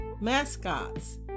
mascots